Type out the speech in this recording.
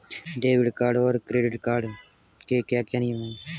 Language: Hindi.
डेबिट कार्ड और क्रेडिट कार्ड के क्या क्या नियम हैं?